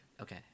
okay